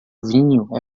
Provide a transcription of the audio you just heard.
vinho